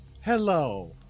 Hello